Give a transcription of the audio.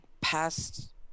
past